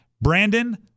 Brandon